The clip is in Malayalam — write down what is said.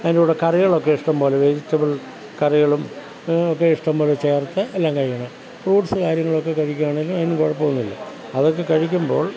അതിൻ്റെ കൂടെ കറികളൊക്കെ ഇഷ്ടം പോലെ വെജിറ്റബിൾ കറികളും ഒക്കെ ഇഷ്ടം പോലെ ചേർത്ത് എല്ലാം കഴിക്കണം ഫ്രൂട്ട്സ് കാര്യങ്ങളൊക്കെ കഴിക്കുകയാണേൽ അതിനു കുഴപ്പമൊന്നുമില്ല അതൊക്കെ കഴിക്കുമ്പോൾ